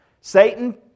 Satan